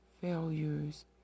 failures